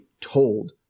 told